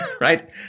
right